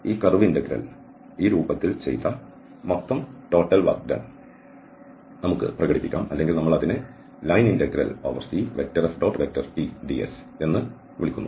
അതിനാൽ ഈ curve integral ഈ രൂപത്തിൽ ചെയ്ത മൊത്തം ടോട്ടൽ വർക്ക് ഡൺ നമുക്ക് പ്രകടിപ്പിക്കാം അല്ലെങ്കിൽ നമ്മൾ അതിനെ ലൈൻ ഇന്റഗ്രൽ CFTds എന്ന് വിളിക്കുന്നു